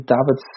David